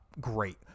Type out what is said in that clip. great